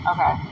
Okay